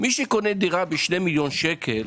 מי שקונה דירה ב-2 מיליון ₪,